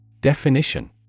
Definition